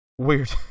Weird